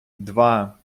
два